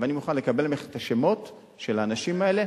ואני מוכן לקבל ממך את השמות של האנשים האלה.